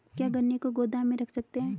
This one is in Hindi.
क्या गन्ने को गोदाम में रख सकते हैं?